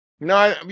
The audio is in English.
No